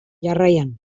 jarraian